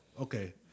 okay